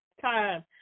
time